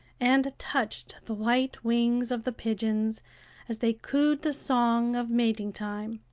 and touched the white wings of the pigeons as they cooed the song of mating-time.